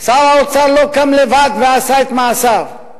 שר האוצר לא קם לבד ועשה את מעשיו.